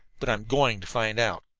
but i'm going to find out.